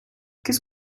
qu’est